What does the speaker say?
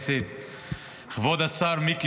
נתניהו.